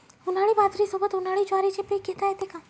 उन्हाळी बाजरीसोबत, उन्हाळी ज्वारीचे पीक घेता येते का?